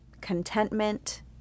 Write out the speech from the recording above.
contentment